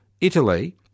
Italy